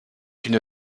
une